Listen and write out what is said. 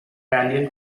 balliol